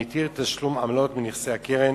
המתיר תשלום עמלות מנכסי הקרן